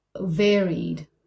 varied